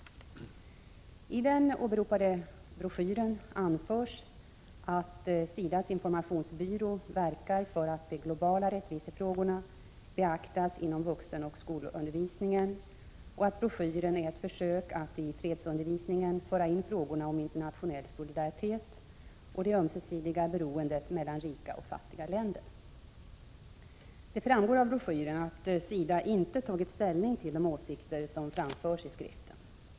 I den åberopade broschyren anförs att SIDA:s informationsbyrå verkar för att de globala rättvisefrågorna beaktas inom vuxenoch skolundervisningen och att broschyren är ett försök att i fredsundervisningen föra in frågorna om internationell solidaritet och det ömsesidiga beroendet mellan rika och fattiga länder. Det framgår av broschyren att SIDA inte tagit ställning till de åsikter som framförs i skriften.